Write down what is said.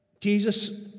Jesus